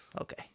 Okay